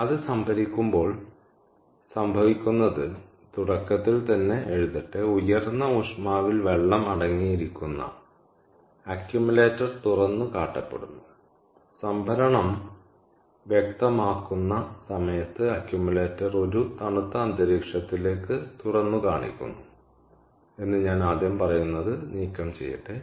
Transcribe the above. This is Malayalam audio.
അത് സംഭരിക്കുമ്പോൾ സംഭവിക്കുന്നത് അത് തുടക്കത്തിൽ തന്നെ എഴുതട്ടെ ഉയർന്ന ഊഷ്മാവിൽ വെള്ളം അടങ്ങിയിരിക്കുന്ന അക്യുമുലേറ്റർ തുറന്നുകാട്ടപ്പെടുന്നു സംഭരണം വ്യക്തമാക്കുന്ന സമയത്ത് അക്യുമുലേറ്റർ ഒരു തണുത്ത അന്തരീക്ഷത്തിലേക്ക് തുറന്നുകാണിക്കുന്നു എന്ന് ഞാൻ ആദ്യം പറയുന്നത് നീക്കം ചെയ്യട്ടെ